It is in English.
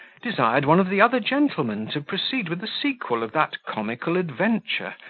desired one of the other gentlemen to proceed with the sequel of that comical adventure,